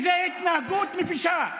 כי זו התנהגות מבישה.